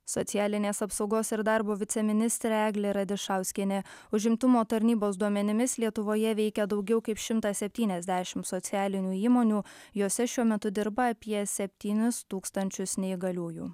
socialinės apsaugos ir darbo viceministrė eglė radišauskienė užimtumo tarnybos duomenimis lietuvoje veikia daugiau kaip šimtas septyniasdešims socialinių įmonių jose šiuo metu dirba apie septynis tūkstančius neįgaliųjų